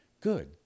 Good